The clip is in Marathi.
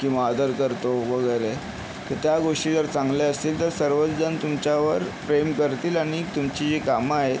किंवा आदर करतो वगैरे तर त्या गोष्टी जर चांगल्या असतील तर सर्वचजण तुमच्यावर प्रेम करतील आणि तुमची जी कामं आहेत